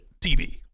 TV